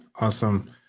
awesome